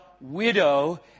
widow